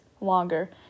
longer